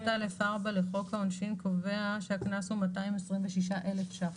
61(א)(4) לחוק העונשין קובע שהקנס הוא 226,000 ש"ח.